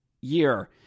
year